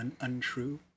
untrue